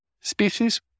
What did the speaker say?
species